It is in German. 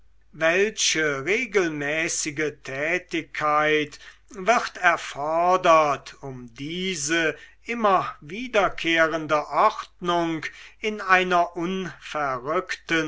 welche regelmäßige tätigkeit wird erfordert um diese immer wiederkehrende ordnung in einer unverrückten